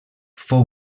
fou